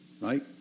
right